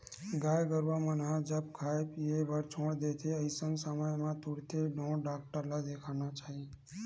गाय गरुवा मन ह जब खाय पीए बर छोड़ देथे अइसन समे म तुरते ढ़ोर डॉक्टर ल देखाना चाही